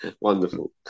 Wonderful